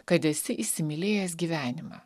kad esi įsimylėjęs gyvenimą